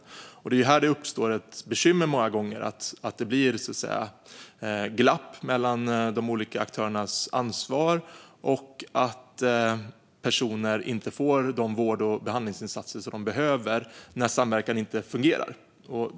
Det är här som det många gånger uppstår ett bekymmer med att det blir ett glapp mellan de olika aktörernas ansvar och att personer inte får de vård och behandlingsinsatser som de behöver när samverkan inte fungerar.